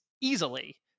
easily